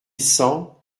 cent